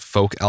Folk